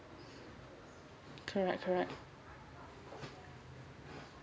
correct correct